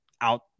out